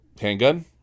handgun